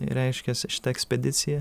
reiškias šita ekspedicija